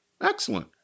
excellent